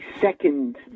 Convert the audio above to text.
second